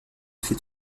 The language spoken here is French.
tri